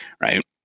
right